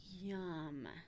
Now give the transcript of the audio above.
yum